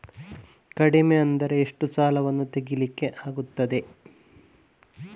ಕಡಿಮೆ ಅಂದರೆ ಎಷ್ಟು ಸಾಲವನ್ನು ತೆಗಿಲಿಕ್ಕೆ ಆಗ್ತದೆ?